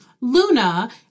Luna